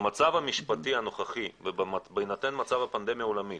במצב המשפטי הנוכחי ובהינתן מצב הפנדמיה העולמית,